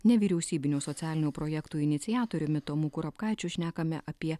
nevyriausybinių socialinių projektų iniciatoriumi tomu kurapkaičiu šnekame apie